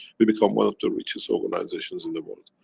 we become one of the richest organizations in the world,